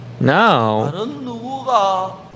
Now